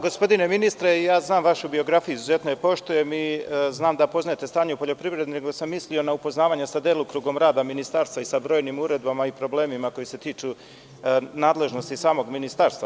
Gospodine ministre, znam vašu biografiju i izuzetno je poštujem i znam da poznajete stanje u poljoprivredi, nego sam mislio na upoznavanje sa delokrugom rada ministarstva i sa brojnim uredbama i problemima koji se tiču nadležnosti samog ministarstva.